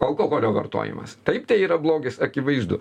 alkoholio vartojimas taip tai yra blogis akivaizdu